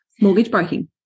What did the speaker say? mortgage-breaking